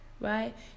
right